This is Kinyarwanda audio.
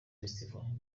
festival